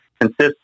consists